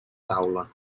taula